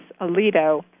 alito